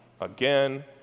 again